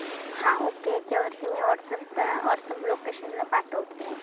हा ओके याच्यावरती मी ओट्सअप करा ओट्सअप लोकेशनला पाठवते